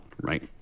right